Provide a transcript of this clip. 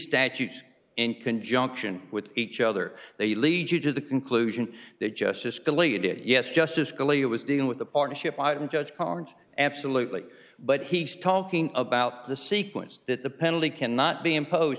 statutes in conjunction with each other they lead you to the conclusion that justice delayed it yes justice scalia was dealing with the partnership i don't judge barnes absolutely but he's talking about the sequence that the penalty cannot be impose